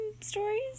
stories